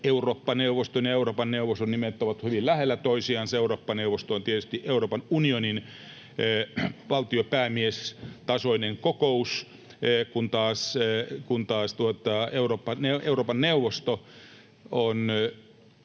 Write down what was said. Eurooppa-neuvoston ja Euroopan neuvoston nimet ovat hyvin lähellä toisiaan. Eurooppa-neuvosto on tietysti Euroopan unionin valtiopäämiestasoinen kokous, kun taas Euroopan neuvosto on